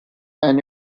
and